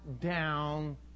down